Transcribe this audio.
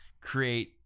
create